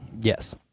Yes